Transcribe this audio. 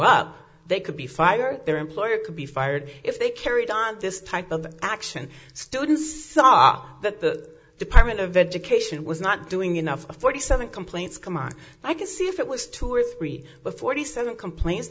up they could be fired their employer could be fired if they carried on this type of action students are that the department of education was not doing enough of forty seven complaints come on i could see if it was two or three but forty seven complaints